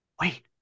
wait